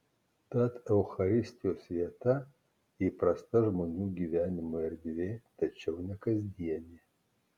tad eucharistijos vieta įprasta žmonių gyvenimo erdvė tačiau ne kasdienė